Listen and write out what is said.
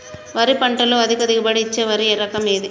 వరి పంట లో అధిక దిగుబడి ఇచ్చే వరి రకం ఏది?